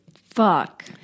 Fuck